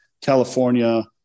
California